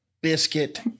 biscuit